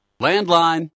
Landline